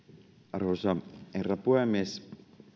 arvoisa herra puhemies